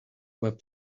web